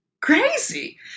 crazy